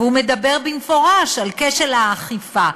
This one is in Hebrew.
והוא מדבר במפורש על כשל האכיפה.